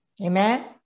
Amen